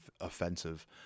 offensive